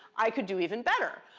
i could do even better.